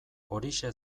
horixe